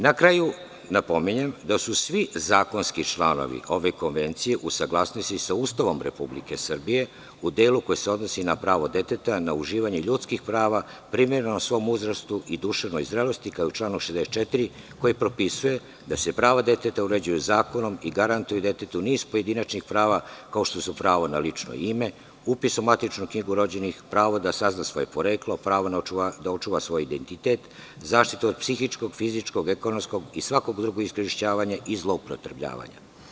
Na kraju napominjem da su svi zakonski članovi ove konvencije u saglasnosti sa Ustavom Republike Srbije, u delu koji se odnosi na pravo deteta, na uživanje ljudskih prava, primerenost svom uzrastu i duševnoj zrelosti, kao i u članu 64. koji propisuje da se prava deteta uređuju zakonom i garantuju detetu niz pojedinačnih prava, kao što su pravo na lično ime, upis u matičnu knjigu rođenih, pravo da sazna svoje poreklo, pravo da očuva svoj identitet, zaštitu od psihičkog, fizičkog, ekonomskog i svakog drugog iskorišćavanja i zloupotrebljavanja.